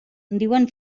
diuen